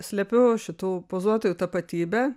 slepiu šitų pozuotojų tapatybę